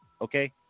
okay